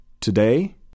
Today